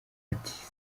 ati